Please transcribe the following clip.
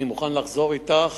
אני מוכן לחזור אתך